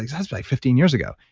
that's like fifteen years ago,